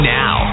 now